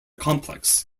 complex